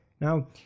Now